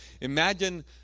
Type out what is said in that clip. Imagine